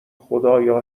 خدایا